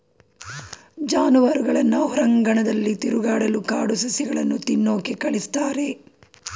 ಜಾನುವಾರುಗಳನ್ನ ಹೊರಾಂಗಣದಲ್ಲಿ ತಿರುಗಾಡಲು ಕಾಡು ಸಸ್ಯಗಳನ್ನು ತಿನ್ನೋಕೆ ಕಳಿಸ್ತಾರೆ